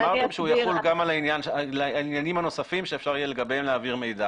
ואמרתם שיחול גם על העניינים הנוספים שאפשר יהיה לגביהם להעביר מידע.